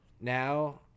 now